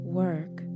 work